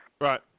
right